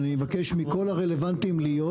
אני מבקש מכל מי שרלוונטי להיות,